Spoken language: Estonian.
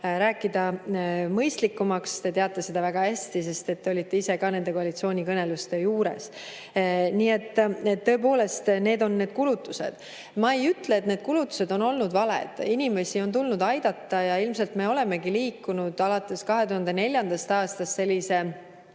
rääkida mõistlikumaks. Te teate seda väga hästi, sest te olite ise ka nende koalitsioonikõneluste juures. Nii et tõepoolest, need on need kulutused. Ma ei ütle, et need kulutused on olnud valed. Inimesi on tulnud aidata. Ja ilmselt me olemegi liikunud alates 2004. aastast